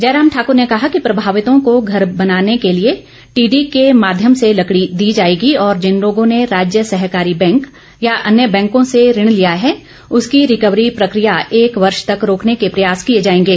जय राम ठाक्र ने कहा कि प्रभावितों को घर बनाने के लिए टीडी के माध्यम से लकड़ी दी जाएगी और जिन लोगों ने राज्य सहकारी बैंक या अन्य बैंकों से ऋण लिया है उसकी रिकवरी प्रक्रिया एक वर्ष तक रोकने के प्रयास किए जाएंगे